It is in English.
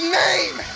name